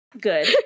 Good